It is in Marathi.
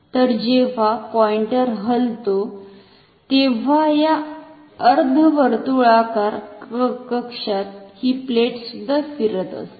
तर जेव्हा पॉइंटर हलतो तेव्हा ह्या अर्ध वर्तुळाकार कक्षात हि प्लेट सुद्धा फिरत असते